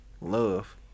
Love